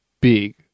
big